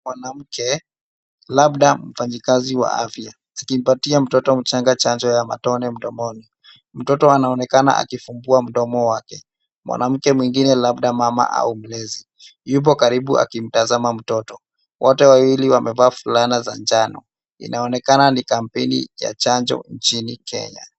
Mwanamke labda mfanyikazi wa afya akimpatia mtoto mchanga chanjo ya matone mdomoni. Mtoto anaonekana akifungua mdomo wake. Mwanamke mwingine labda mama au mlezi yuko karibu akimtazama mtoto. Wote wawili wamevaa fulana za njano. Inaonekana ni kampeni ya chanjo mjini Kenya.